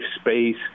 space